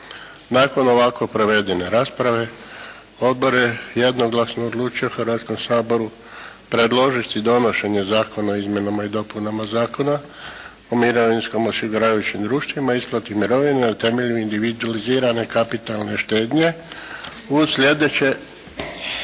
Nakon ovako provedene rasprave odbor je jednoglasno odlučio Hrvatskom saboru predložiti donošenje Zakona o izmjenama i dopunama Zakona o mirovinskim osiguravajućim društvima i isplati mirovina na temelju individualizirane kapitalne štednje uz sljedeće.